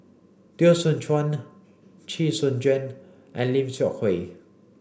Teo Soon Chuan Chee Soon Juan and Lim Seok Hui